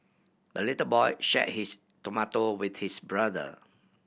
the little boy shared his tomato with his brother